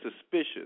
suspicious